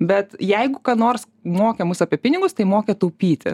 bet jeigu ką nors mokė mus apie pinigus tai mokė taupyti